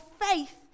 faith